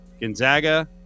Gonzaga